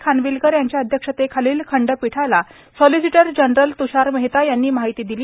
खानविलकर यांच्या अध्यक्षतेखालील खंडपीठाला सॉलिसिटर जनरल तृषार मेहता यांनी माहिती दिली